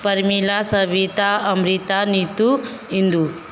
Pramila Savita Amrita Neetu Indu